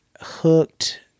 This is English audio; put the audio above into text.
hooked